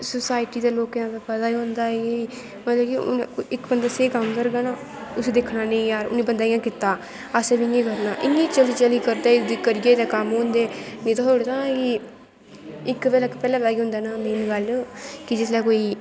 society दे लोकैं दा पता गै होंदा कि मतलव कि इक बंदा स्हेई कम्म करगा ना उसी दिक्खना नेंई जार बंदै इयां कीता दा इयां चलियां करी करी गै कम्म होंदे नेंईं तां थोड़े ऐ कि इक ता पैह्लैं लाई औंदा कि इयां इयां गल्ल जिसलै कोई